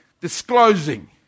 disclosing